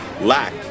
lacked